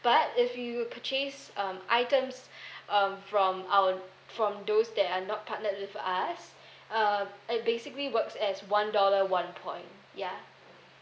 but if you purchase um items um from our from those that are not partnered with us uh it basically works as one dollar one point ya